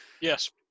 Yes